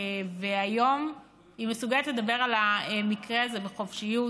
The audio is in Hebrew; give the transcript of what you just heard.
"היום היא מסוגלת לדבר על המקרה הזה בחופשיות.